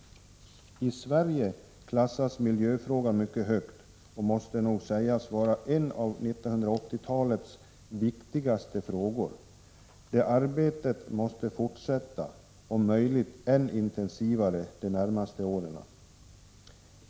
I Sverige klassas miljöfrågan mycket högt och måste nog sägas vara en av 1980-talets viktigaste frågor. Det arbetet måste fortsätta om möjligt än intensivare de närmaste åren.